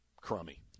crummy